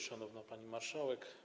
Szanowna Pani Marszałek!